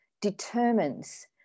determines